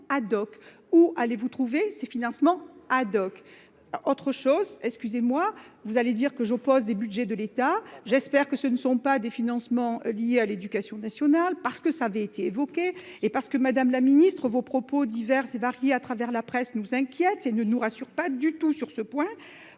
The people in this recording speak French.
où allez-vous trouver ces financements Haddock. Autre chose, excusez-moi, vous allez dire que je pose des Budgets de l'État. J'espère que ce ne sont pas des financements liés à l'éducation nationale, parce que ça avait été évoqué et parce que Madame la Ministre vos propos diverses et variées à travers la presse nous inquiète et ne nous rassure pas du tout sur ce point.